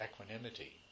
equanimity